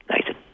Nathan